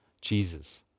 Jesus